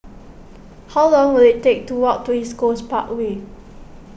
how long will it take to walk to East Coast Parkway